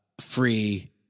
free